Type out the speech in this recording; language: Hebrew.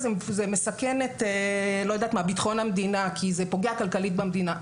זה מסכן את ביטחון המדינה כי זה פוגע כלכלית במדינה.